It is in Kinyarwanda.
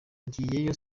ngiyeyo